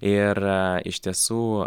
ir iš tiesų